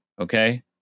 okay